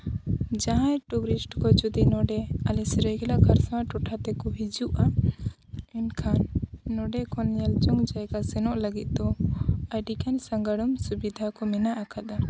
ᱡᱟᱦᱟᱸᱭ ᱴᱩᱨᱤᱥᱴ ᱠᱚ ᱡᱩᱫᱤ ᱱᱚᱰᱮ ᱟᱞᱮ ᱥᱟᱹᱨᱟᱹᱭᱠᱮᱞᱟ ᱠᱷᱟᱨᱥᱟᱣᱟ ᱴᱚᱴᱷᱟ ᱛᱮᱠᱚ ᱦᱤᱡᱩᱜᱼᱟ ᱮᱱᱠᱷᱟᱱ ᱱᱚᱰᱮ ᱠᱷᱚᱱ ᱧᱮᱞ ᱡᱚᱝ ᱡᱟᱭᱜᱟ ᱥᱮᱱᱚᱜ ᱞᱟᱹᱜᱤᱫ ᱫᱚ ᱟᱹᱰᱤᱜᱟᱱ ᱥᱟᱸᱜᱟᱲᱚᱢ ᱥᱩᱵᱤᱫᱷᱟ ᱠᱚ ᱢᱮᱱᱟᱜ ᱟᱠᱟᱫᱟ